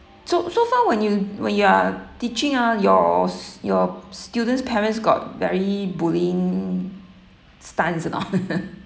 so so far when you when you are teaching ah yours your students parents got very bullying stance or not